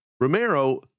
Romero